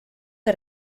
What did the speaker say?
que